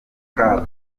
club